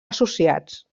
associats